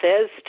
says